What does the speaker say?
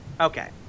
Okay